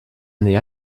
année